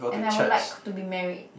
and I would like to be married